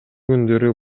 күндөрү